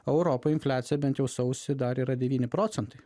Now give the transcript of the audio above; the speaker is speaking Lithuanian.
europoj infliacija bent jau sausį dar yra devyni procentai